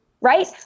right